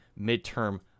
midterm